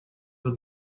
were